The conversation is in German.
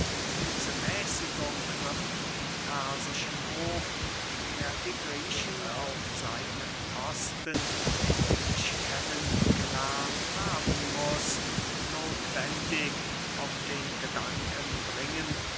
diese mäßigung wird den persischen hof der die griechen auf seine kosten endlich kennen gelernt haben muß nothwendig auf den gedanken bringen